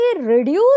reduce